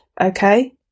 okay